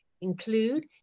include